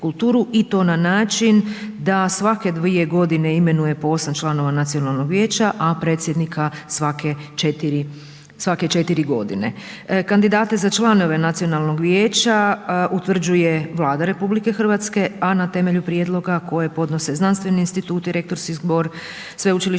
i to na način da svake dvije godine imenuje po 8 članova nacionalnog vijeća a predsjednika svake 4 godine. Kandidate za članove Nacionalnog vijeća utvrđuje Vlada RH a na temelju prijedloga koje podnose znanstveni instituti, rektorski zbor, sveučilišni